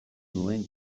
nuen